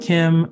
Kim